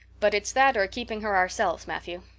but it's that or keeping her ourselves, matthew.